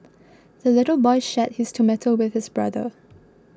the little boy shared his tomato with his brother